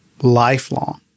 lifelong